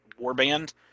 Warband